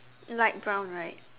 light brown right